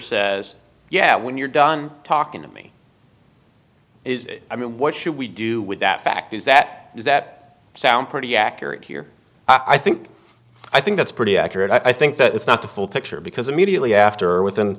says yeah when you're done talking to me i mean what should we do with that fact is that is that sound pretty accurate here i think i think that's pretty accurate i think that it's not the full picture because immediately after within